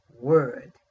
word